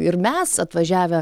ir mes atvažiavę